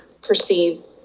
perceive